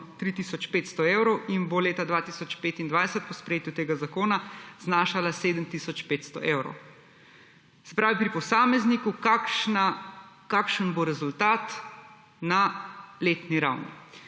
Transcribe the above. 500 evrov in bo leta 2025 po sprejetju tega zakona znašala 7 tisoč 500 evrov. Se pravi, pri posamezniku kakšen bo rezultat na letni ravni?